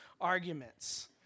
arguments